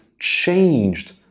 changed